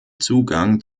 zugang